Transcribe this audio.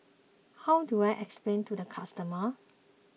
how do I explain to the customer